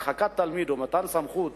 הרחקת תלמיד, או מתן סמכות